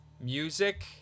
music